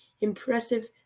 impressive